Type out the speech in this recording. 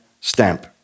stamp